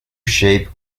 shape